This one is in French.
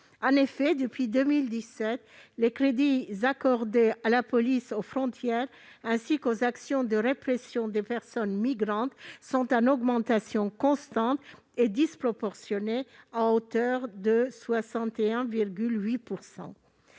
En effet, depuis 2017, les crédits accordés à la police aux frontières ainsi qu'aux actions de répression des personnes migrantes sont en augmentation constante et disproportionnée, à hauteur de 61,8 %.